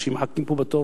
אנשים מחכים בתור